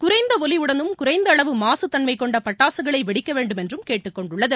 குறைந்த ஒலியுடனும் குறைந்த அளவு மாசு தன்மை கொண்ட பட்டாசுகளை வெடிக்க வேண்டும் என்றும் கேட்டுக்கொண்டுள்ளது